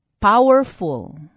powerful